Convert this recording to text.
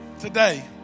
Today